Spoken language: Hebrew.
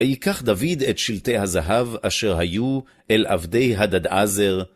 היקח דוד את שלטי הזהב אשר היו אל עבדי הדדעזר.